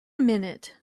minute